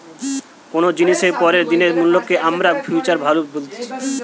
কুনো জিনিসের পরের দিনের মূল্যকে আমরা ফিউচার ভ্যালু বলছি